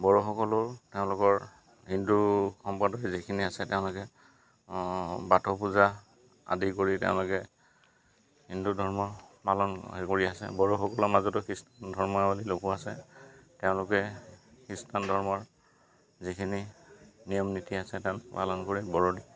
বড়োসকলৰো তেওঁলোকৰ হিন্দু সম্প্ৰদায়ৰ যিখিনি আছে তেওঁলোকে বাথৌ পূজা আদি কৰি তেওঁলোকে হিন্দু ধৰ্ম পালন কৰি আছে বড়োসকলৰ মাজতো খ্ৰীষ্টান ধৰ্মাৱলী লোকো আছে তেওঁলোকে খ্ৰীষ্টান ধৰ্মৰ যিখিনি নিয়ম নীতি আছে তেওঁলোকে পালন কৰে বৰদিন